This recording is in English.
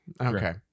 Okay